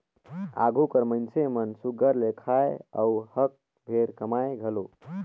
आघु कर मइनसे मन सुग्घर ले खाएं अउ हक भेर कमाएं घलो